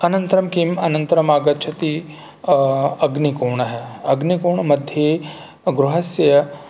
अनन्तरं किम् अनन्तरम् आगच्छति अग्निकोणः अग्निकोणमध्ये गृहस्य